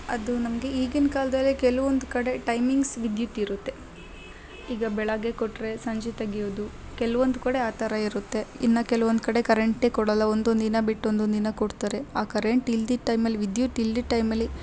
ಅದು ನಮಗೆ ಈಗಿನ ಕಾಲ್ದಲ್ಲಿ ಕೆಲುವೊಂದು ಕಡೆ ಟೈಮಿಂಗ್ಸ್ ವಿದ್ಯುತ್ ಇರುತ್ತೆ ಈಗ ಬೆಳಗ್ಗೆ ಕೊಟ್ಟರೆ ಸಂಜೆ ತೆಗೆಯೋದು ಕೆಲವೊಂದು ಕಡೆ ಆ ಥರ ಇರುತ್ತೆ ಇನ್ನು ಕೆಲವೊಂದು ಕಡೆ ಕರೆಂಟೇ ಕೊಡಲ್ಲ ಒಂದೊಂದು ದಿನ ಬಿಟ್ಟು ಒಂದೊಂದು ದಿನ ಕೊಡ್ತಾರೆ ಆ ಕರೆಂಟ್ ಇಲ್ದಿದ್ದು ಟೈಮಲ್ಲಿ ವಿದ್ಯುತ್ ಇಲ್ದಿದ್ದ ಟೈಮಲ್ಲಿ